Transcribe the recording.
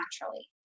naturally